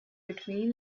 between